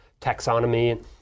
taxonomy